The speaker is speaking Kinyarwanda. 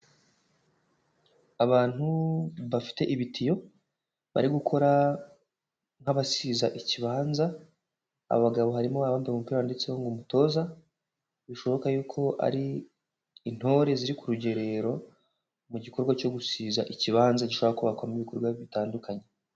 Abantu bafite ibitiyo bari gukora nk'abasiza ikibanza, abagabo harimo abambaye umupira ndetseho ngo umutoza, bishoboka yuko ari intore ziri ku rugerero mu gikorwa cyo gusiza ikibanza gishobora kubakwamo ibikorwa bitandukanye.